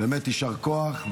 באמת יישר כוח,